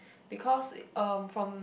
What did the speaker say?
because uh from